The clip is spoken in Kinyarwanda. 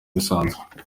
bisanzwe